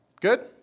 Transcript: Good